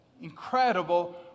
incredible